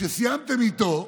כשסיימתם איתו,